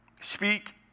Speak